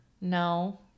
No